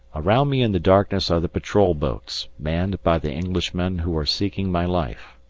around me in the darkness are the patrol boats, manned by the englishmen who are seeking my life.